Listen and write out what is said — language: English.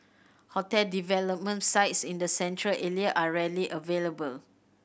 hotel development sites in the Central Area are rarely available